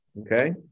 Okay